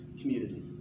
community